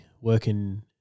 working